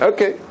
Okay